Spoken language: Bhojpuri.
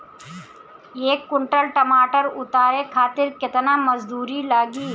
एक कुंटल टमाटर उतारे खातिर केतना मजदूरी लागी?